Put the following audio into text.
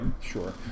sure